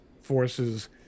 Forces